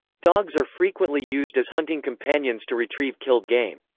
dogs are frequently used as hunting companions to retrieve killed game.